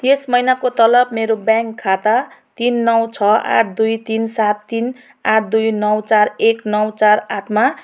यस महिनाको तलब मेरो ब्याङ्क खाता तिन नौ छ आठ दुई तिन सात तिन आठ दुई नौ चार एक नौ चार आठमा